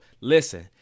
Listen